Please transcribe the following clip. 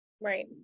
Right